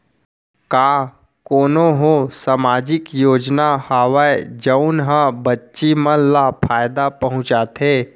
का कोनहो सामाजिक योजना हावय जऊन हा बच्ची मन ला फायेदा पहुचाथे?